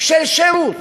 של שירות